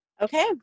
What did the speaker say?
Okay